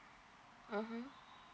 mmhmm